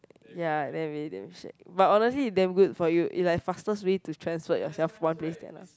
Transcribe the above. ya really damn shag but honestly it's damn good for you it's like fastest way to transfer yourself one place to another